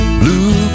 blue